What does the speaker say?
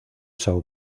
sao